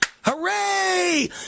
Hooray